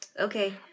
Okay